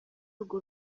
urwo